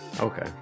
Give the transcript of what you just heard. Okay